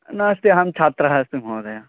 नास्ति अहं छात्रः अस्मि महोदय